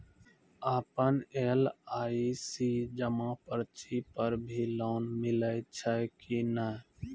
आपन एल.आई.सी जमा पर्ची पर भी लोन मिलै छै कि नै?